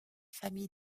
famille